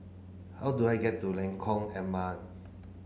how do I get to Lengkong Enam